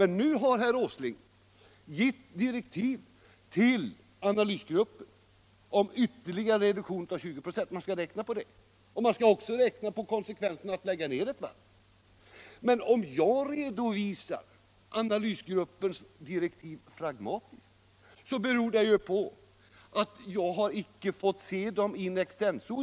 Nu har herr Åsling gett direktiv till analysgruppen att räkna dels på en reduktion med 20 96, dels på konsekvenserna av att lägga ned ett varv. Om jag redovisar analysgruppens direktiv pragmatiskt beror det på att jag icke har fått se dem in extenso.